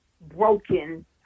broken